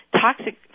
toxic